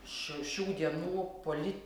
š šių dienų poli